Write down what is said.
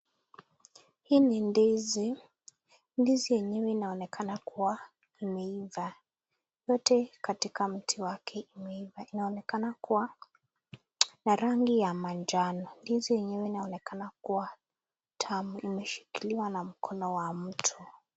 Hii ni ndizi ndizi yenyewe inaonekana kuwa imeiva zote katika mti wake imeiva. Inaonekana kuwa ya rangi ya manjano. Ndizi yenyewe inaonekana kuwa tamu imeshikiliwa na mkono wa mtu.